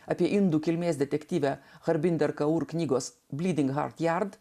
apie indų kilmės detektyve charbinder kaur ir knygos blyding hart jard